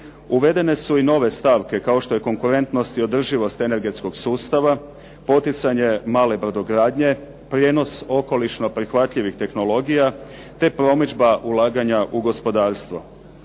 Uvedene su i nove stavke kao što je konkurentnost i održivost energetskog sustava, poticanje male brodogradnje, prijenos okolišno prihvatljivih tehnologija, te promidžba ulaganja u gospodarstvo.